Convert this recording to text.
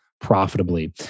profitably